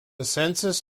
census